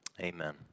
Amen